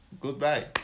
Goodbye